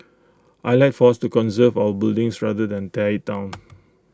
I'd like for us to conserve our buildings rather than tear IT down